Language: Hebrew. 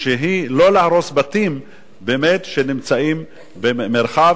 והיא לא להרוס בתים באמת שנמצאים במרחב